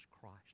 Christ